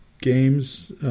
games